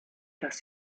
dass